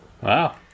Wow